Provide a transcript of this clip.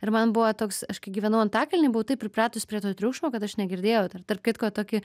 ir man buvo toks aš gyvenau antakalny buvau taip pripratus prie to triukšmo kad aš negirdėjau dar tarp kitko tokį